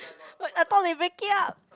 but I thought they break it up